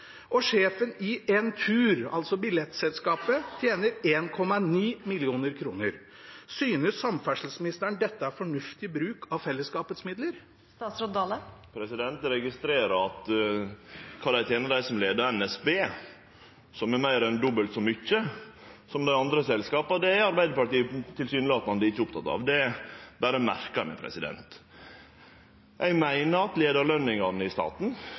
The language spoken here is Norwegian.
Og sjefen i Entur – billettselskapet – tjener 1,9 mill. kr. Synes samferdselsministeren dette er fornuftig bruk av fellesskapets midler? Eg registrerer at kva dei som leier NSB, tener – som er meir enn dobbelt så mykje som dei i dei andre selskapa – er Arbeidarpartiet tilsynelatande ikkje oppteke av. Det berre merkar eg meg. Eg meiner at leiarlønene i staten